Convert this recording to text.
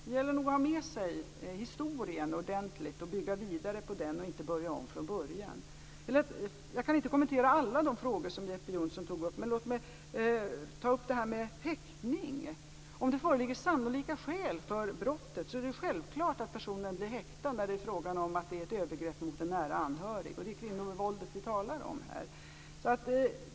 Det gäller nog att ha med sig historien ordentligt och bygga vidare på den, och inte börja om från början. Jag kan inte kommentera alla de frågor som Jeppe Johnsson tog upp, men låt mig ta upp frågan om häktning. Om det föreligger sannolika skäl för brottet är det självklart att personen blir häktad när det är frågan om ett övergrepp mot en nära anhörig. Det är kvinnovåldet vi talar om här.